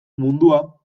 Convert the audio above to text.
mundua